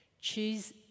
Choose